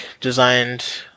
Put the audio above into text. designed